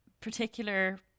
particular